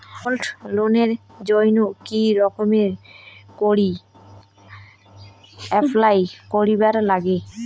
Gold লোনের জইন্যে কি রকম করি অ্যাপ্লাই করিবার লাগে?